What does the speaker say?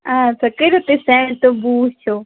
اَدٕ سا کٔرِو تُہۍ سٮ۪نٛڈ تہٕ بہٕ وُچھو